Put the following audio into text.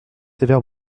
sévère